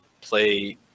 play